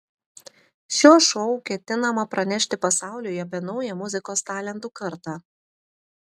šiuo šou ketinama pranešti pasauliui apie naują muzikos talentų kartą